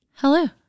Hello